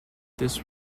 this